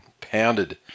pounded